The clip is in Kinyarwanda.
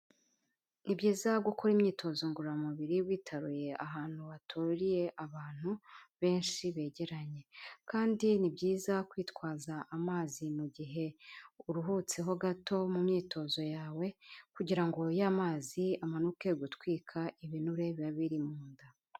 Ni byiza gukora imyitozo ngororamubiri witaruye ahantu haturiye abantu benshi begeranye kandi ni byiza kwitwaza amazi mu gihe uruhutseho gato mu myitozo yawe kugira ngo ya mazi amanuke gutwika ibinure biba biri mu nda.